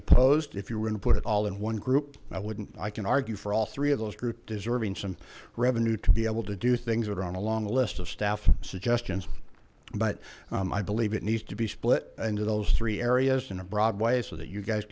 opposed if you were to put it all in one group and i wouldn't i can argue for all three of those group deserving some revenue to be able to do things that are on a long list of staff suggestions but i believe it needs to be split into those three areas in a broad way so that you guys